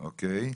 אוקיי.